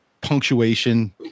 punctuation